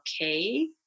okay